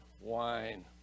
wine